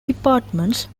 departments